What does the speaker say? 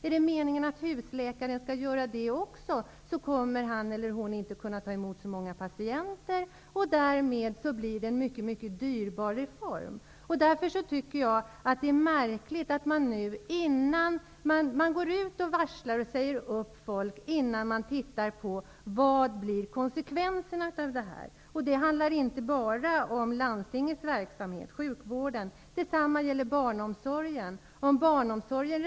Är det meningen att husläkaren skall göra också det, kommer han eller hon inte att kunna ta hand om så många patienter, och därmed blir detta en mycket dyr reform. Jag tycker därför att det är märkligt att man nu varslar och säger upp anställda innan man tagit reda på vilka konsekvenser detta får. Det handlar inte bara om landstingets sjukvårdande verksamhet, utan detsamma gäller också för barnomsorgen.